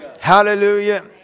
Hallelujah